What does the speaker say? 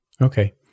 Okay